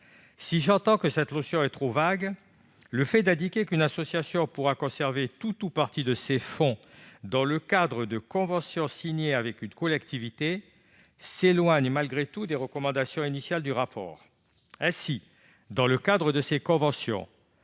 Si j'entends que cette notion est trop vague, le fait d'indiquer qu'une association pourra conserver « tout ou partie » de ces fonds dans le cadre de conventions signées avec une collectivité s'éloigne des recommandations initiales du rapport. Ainsi, dans le cadre de ces conventions,